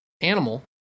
animal